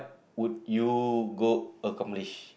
would you go accomplish